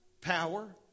power